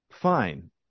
fine